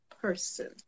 person